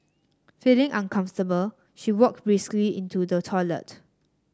feeling uncomfortable she walked briskly into the toilet